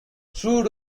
through